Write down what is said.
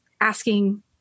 asking